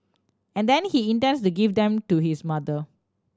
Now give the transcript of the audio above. and then he intends to give them to his mother